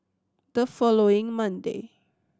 the following Monday